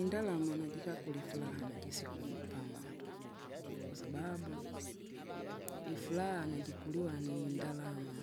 Indalama najikakule ifuraha najisiku mu- pamato, kwasababu, ifuraa najikuliwa nindalama